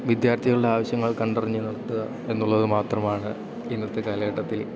വിദ്യാർത്ഥികളുടെ ആവശ്യങ്ങൾ കണ്ടറിഞ്ഞ് നിർത്തുക എന്നുള്ളത് മാത്രമാണ് ഇന്നത്തെ കാലഘട്ടത്തിൽ